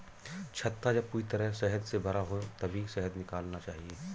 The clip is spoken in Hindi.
छत्ता जब पूरी तरह शहद से भरा हो तभी शहद निकालना चाहिए